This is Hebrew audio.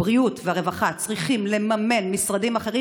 הבריאות והרווחה צריכים לממן משרדים אחרים,